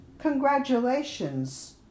congratulations